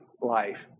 life